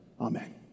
Amen